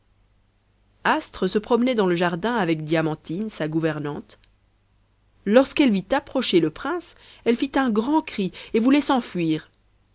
astre se promenait dans le jardin avec diamantine sa gouvernante lorsqu'elle vit approcher le prince elle fit un grand cri et voulait s'enfuir